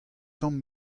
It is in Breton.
tamm